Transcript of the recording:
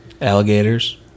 alligators